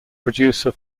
producer